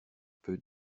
peu